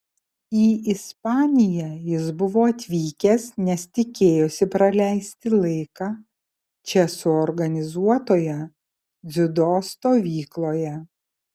į ispaniją jis buvo atvykęs nes tikėjosi praleisti laiką čia suorganizuotoje dziudo stovykloje